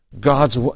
God's